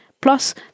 Plus